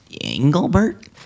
Engelbert